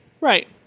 Right